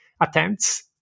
attempts